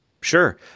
sure